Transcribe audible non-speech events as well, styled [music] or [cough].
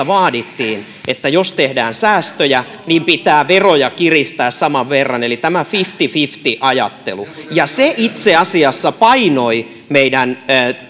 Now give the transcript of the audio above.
[unintelligible] vaadittiin että jos tehdään säästöjä niin pitää veroja kiristää saman verran eli tämä fifty fifty ajattelu se itse asiassa painoi meidän